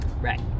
Right